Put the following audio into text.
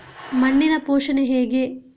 ಮಣ್ಣಿನ ಪೋಷಣೆ ಹೇಗೆ?